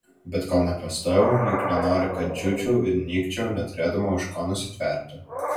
bet kol nepastojau juk nenori kad džiūčiau ir nykčiau neturėdama už ko nusitverti